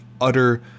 utter